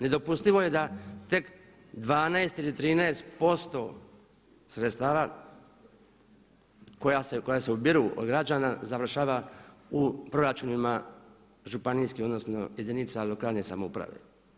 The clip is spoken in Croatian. Nedopustivo je da tek 12 ili 13% sredstava koja se ubiru od građana završava u proračunima županijskim odnosno jedinica lokalne samouprave.